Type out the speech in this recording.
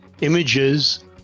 images